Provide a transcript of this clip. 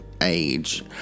age